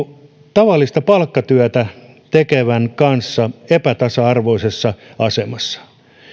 tavallista palkkatyötä tekevän kanssa epätasa arvoisessa asemassa